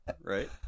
Right